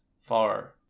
far